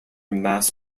mass